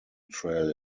trail